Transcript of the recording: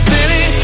City